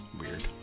weird